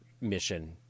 mission